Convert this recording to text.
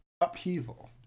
upheaval